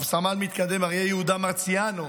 רב-סמל מתקדם אריה יהודה מרציאנו,